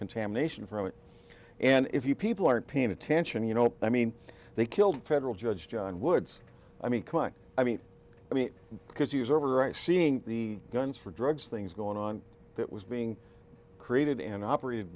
contamination from it and if you people aren't paying attention you know i mean they killed federal judge john woods i mean i mean i mean because he was over right seeing the guns for drugs things going on that was being created and operated